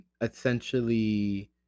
essentially